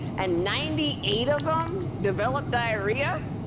and ninety eight of them develop diarrhea,